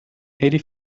eighty